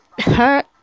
hurt